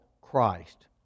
Christ